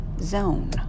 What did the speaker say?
zone